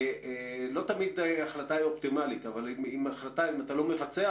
אם רוצים, צריך לקדם את זה דחוף.